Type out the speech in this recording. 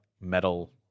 metal